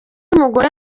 mugore